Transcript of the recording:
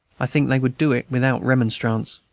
i think they would do it without remonstrance.